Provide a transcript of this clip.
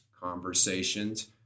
conversations